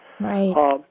Right